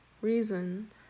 Reason